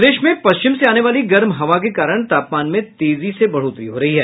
प्रदेश में पश्मिच से आने वाली गर्म हवा के कारण तापमान में तेजी से बढ़ोतरी हो रही है